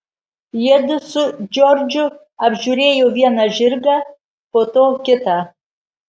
jiedu su džordžu apžiūrėjo vieną žirgą po to kitą